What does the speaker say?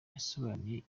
yasobanuye